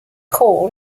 call